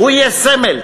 הוא יהיה סמל,